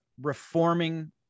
reforming